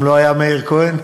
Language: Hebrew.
גם לא היה מאיר כהן.